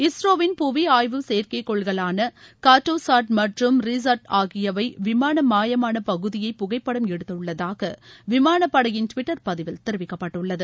இஸ்ரோவின் புவி ஆய்வு செயற்கோள்களான கார்ட்டோ சாட் மற்றும் ரிசாட் ஆகியவை விமானம் மாயமான பகுதியை புகைப்படம் எடுத்துள்ளதாக விமான படையின் டுவிட்டர் பதிவில் தெரிவிக்கப்பட்டுள்ளது